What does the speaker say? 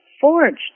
forged